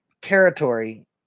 territory